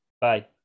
Bye